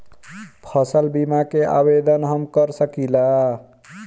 फसल बीमा के आवेदन हम कर सकिला?